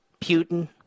Putin